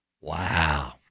wow